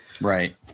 right